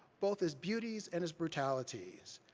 both its beauties and its brutalities.